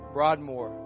Broadmoor